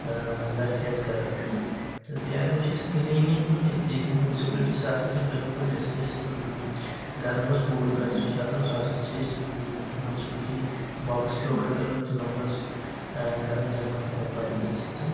زرخیز کرن تہٕ بیٚیہِ اگر وٕچھو أسۍ کلیٖنِنگ ہُنٛد ییٚتِچ میونسپلٹی سۄ ہسا چھِ بالکُل یۄس أسۍ گرن منٛز کوٗڑٕ کچرٕ چھُ آسن سُہ ہسا چھِ أسۍ میونسپلٹی بوکٕس پرووایڈ کران تِمن منٛز کران جمع تہٕ تمہِ پتہٕ ہسا چھِ تِم